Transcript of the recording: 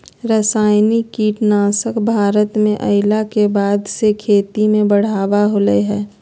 रासायनिक कीटनासक भारत में अइला के बाद से खेती में बढ़ावा होलय हें